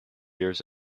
years